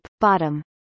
bottom